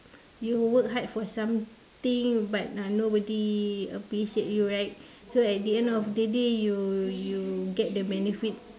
you work hard for something but uh nobody appreciate you right so at the end of the day you you get the benefit